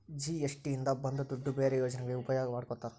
GST ಇಂದ ಬಂದ್ ದುಡ್ಡು ಬೇರೆ ಯೋಜನೆಗಳಿಗೆ ಉಪಯೋಗ ಮಾಡ್ಕೋತರ